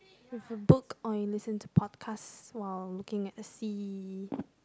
with a book or you listen to podcast while looking at the sea